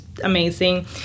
amazing